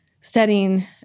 studying